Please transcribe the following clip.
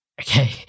Okay